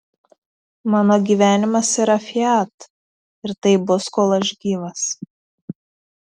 mano gyvenimas yra fiat ir taip bus kol aš gyvas